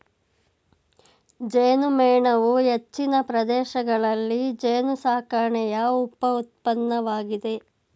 ಜೇನುಮೇಣವು ಹೆಚ್ಚಿನ ಪ್ರದೇಶಗಳಲ್ಲಿ ಜೇನುಸಾಕಣೆಯ ಉಪ ಉತ್ಪನ್ನವಾಗಿದೆ